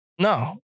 No